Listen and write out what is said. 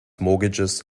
mortgages